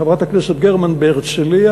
חברת הכנסת גרמן בהרצלייה,